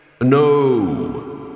No